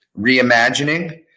reimagining